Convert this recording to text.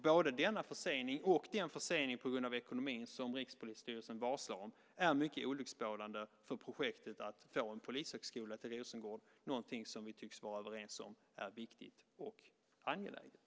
Både denna försening och den försening på grund av ekonomin som Rikspolisstyrelsen varslar om är mycket olycksbådande för projektet med att få en polishögskola till Rosengård, någonting som vi tycks vara överens om är viktigt och angeläget.